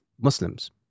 Muslims